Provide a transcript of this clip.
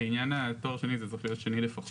לעניין תואר שני זה צריך להיות תואר שני לפחות.